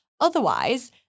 Otherwise